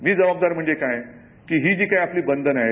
मी जबाबदार म्हणजे काय ही जी काय आपली बंधन आहेत